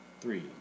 three